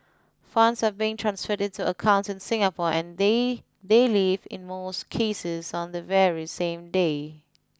funds are being transferred into accounts in Singapore and they they leave in most cases on the very same day